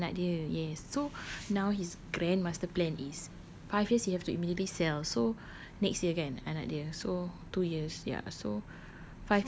dia nak hantar anak dia yes so now he's grand master plan is five years he have to immediately sell so next year kan anak dia so two years ya so